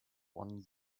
one